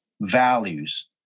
values